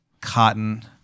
cotton